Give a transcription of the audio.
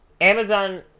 Amazon